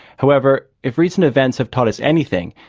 however, if recent events have taught us anything,